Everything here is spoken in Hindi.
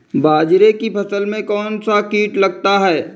बाजरे की फसल में कौन सा कीट लगता है?